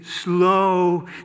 slow